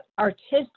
artistic